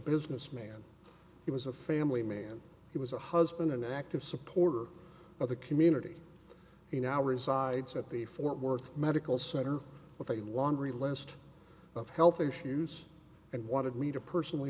businessman he was a family man he was a husband an active supporter of the community he now resides at the fort worth medical center with a laundry list of health issues and wanted me to personally